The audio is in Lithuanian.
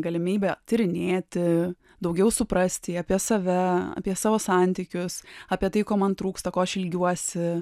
galimybę tyrinėti daugiau suprasti apie save apie savo santykius apie tai ko man trūksta ko aš ilgiuosi